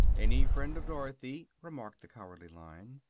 any friend of dorothy, remarked the cowardly lion,